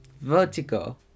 vertical